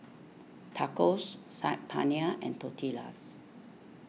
Tacos Saag Paneer and Tortillas